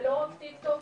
ולא רק טיקטוק,